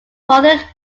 father